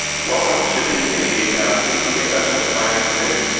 welcome to the meeting of the investment and finance committee